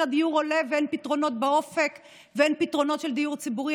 הדיור עולה ואין פתרונות באופק ואין פתרונות של דיור ציבורי,